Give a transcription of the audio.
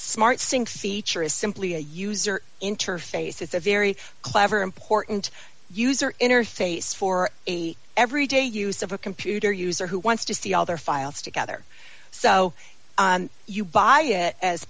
smart sync feature is simply a user interface it's a very clever important user interface for every day use of a computer user who wants to see all their files together so you buy it as